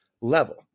level